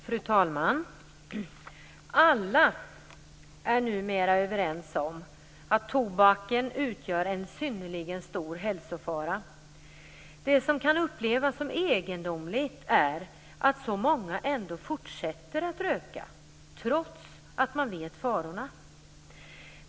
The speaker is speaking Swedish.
Fru talman! Alla är numera överens om att tobaken utgör en synnerligen stor hälsofara. Det som kan upplevas som egendomligt är att så många ändå fortsätter att röka, trots att man vet om farorna.